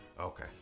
Okay